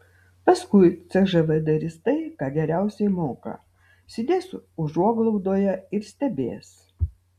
paskui cžv darys tai ką geriausiai moka sėdės užuoglaudoje ir stebės